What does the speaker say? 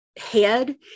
head